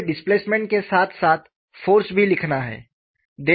मुझे डिस्प्लेसमेंट के साथ साथ फ़ोर्स भी लिखना है